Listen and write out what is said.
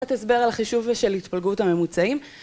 לתת הסבר על החישוב של התפלגות הממוצעים